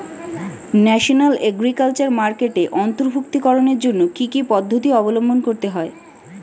National agriculture মার্কেটে অন্তর্ভুক্তিকরণের জন্য কি কি পদ্ধতি অবলম্বন করতে হয়?